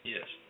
Yes